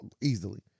easily